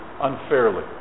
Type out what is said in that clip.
unfairly